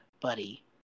Buddy